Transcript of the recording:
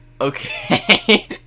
Okay